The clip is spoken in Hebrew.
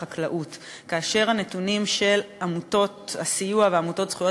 כאשר הנתונים של עמותות הסיוע ועמותות זכויות